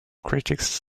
critics